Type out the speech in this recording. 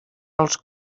als